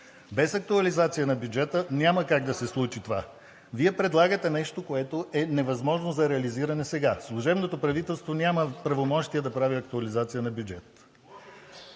без актуализация на бюджета няма как да се случи това. Вие предлагате нещо, което е невъзможно сега за реализиране. Служебното правителство няма правомощия да прави актуализация на бюджет.